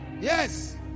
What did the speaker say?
Yes